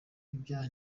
ibyaha